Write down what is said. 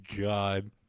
god